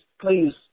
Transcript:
please